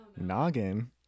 noggin